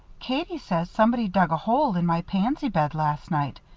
katie says somebody dug a hole in my pansy bed last night.